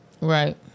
Right